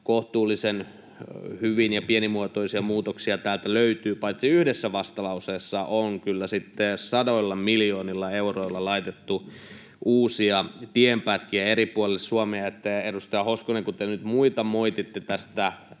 kohtuullisen hyviä ja pienimuotoisia muutoksia täältä löytyy, paitsi yhdessä vastalauseessa on kyllä sitten sadoilla miljoonilla euroilla laitettu uusia tienpätkiä eri puolille Suomea. Edustaja Hoskonen, kun te nyt muita moititte tai